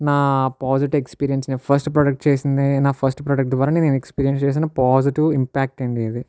నా positive experience నేను first product చేసింది అయినా నా ఫస్ట్ ప్రోడెక్ట్ ద్వారా నేను ఎక్స్పీరియన్స్ చేశాను పాజిటివ్ ఇంపాక్ట్ అండి ఇది